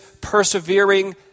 persevering